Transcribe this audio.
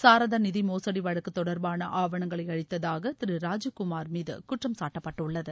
சாரதா நிதி மோசடி வழக்கு தொடர்பான ஆவணங்களை அழித்ததாக திரு ராஜீவ்குமா் மீது குற்றம்சாட்டப்பட்டுள்ளது